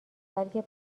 بلکه